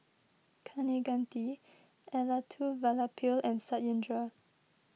Kaneganti Elattuvalapil and Satyendra